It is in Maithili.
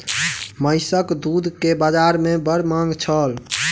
महीसक दूध के बाजार में बड़ मांग छल